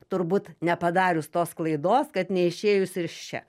turbūt nepadarius tos klaidos kad neišėjus ir iš čia